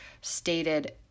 stated